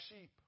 sheep